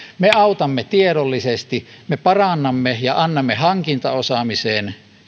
me autamme tiedollisesti me parannamme ja annamme hankintaosaamiseen